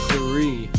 Three